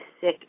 sick